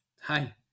hi